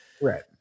Right